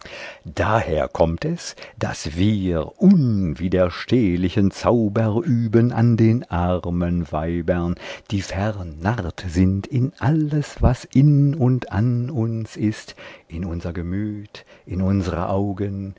daher kommt es daß wir unwiderstehlichen zauber üben an den armen weibern die vernarrt sind in alles was in und an uns ist in unser gemüt in unsre augen